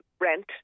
rent